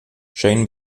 shane